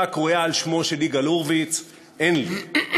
הקרויה על שמו של יגאל הורביץ: "אין לי".